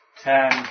Ten